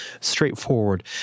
straightforward